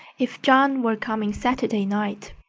if john were coming saturday night.